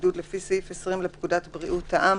בידוד לפי סעיף 20 לפקודת בריאות העם,